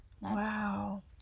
Wow